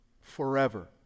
Forever